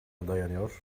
dayanıyor